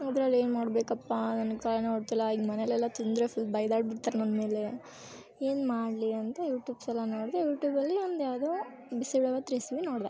ಅದ್ರಲ್ಲಿ ಏನು ಮಾಡಬೇಕಪ್ಪ ನನ್ಗೆ ತಲೆಯೇ ಓಡ್ತಿಲ್ಲ ಈಗ ಮನೆಯಲ್ಲೆಲ್ಲ ತಿಂದರೆ ಫುಲ್ ಬೈದಾಡ್ಬಿಡ್ತಾರ್ ನನ್ನ ಮೇಲೆ ಏನು ಮಾಡಲಿ ಅಂತ ಯೂಟ್ಯೂಬ್ಸೆಲ್ಲ ನೋಡಿದೆ ಯೂಟ್ಯೂಬಲ್ಲಿ ಒಂದು ಯಾವುದೋ ಬಿಸಿಬೇಳೆ ಬಾತು ರೆಸಿಬಿ ನೋಡಿದೆ